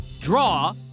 Draw